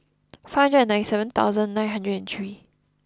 five hundred and ninety seven thousand nine hundred three